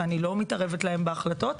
ואני לא מתערבת להם בהחלטות.